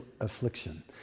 affliction